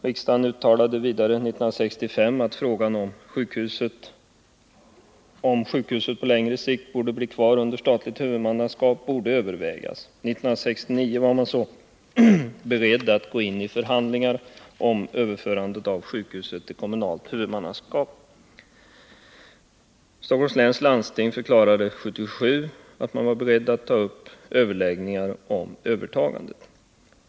Riksdagen uttalade 1965 att frågan, om sjukhuset på längre sikt borde bli kvar under statligt huvudmannaskap, borde övervägas. År 1969 var man så beredd att gå in i förhandlingar om ett överförande av sjukhuset till kommunalt huvudmannaskap. Stockholms läns landsting förklarade 1977 att man var beredd att ta upp överläggningar om ett övertagande.